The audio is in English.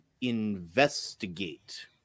investigate